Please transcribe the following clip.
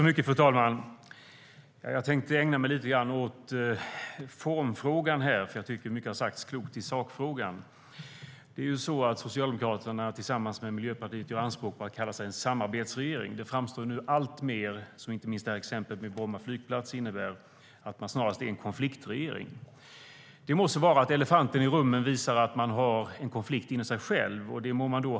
Fru talman! Jag tänkte ägna mig lite grann åt formfrågan, för jag tycker att mycket klokt har sagts i sakfrågan. Socialdemokraterna tillsammans med Miljöpartiet gör anspråk på att kalla sig en samarbetsregering. Det framstår nu alltmer - vilket inte minst exemplet med Bromma flygplats innebär - som att man snarast är en konfliktregering. Det må så vara att elefanten i rummet visar att man har en konflikt inne i sig själv. Det må man ha.